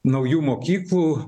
naujų mokyklų